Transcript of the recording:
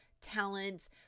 talents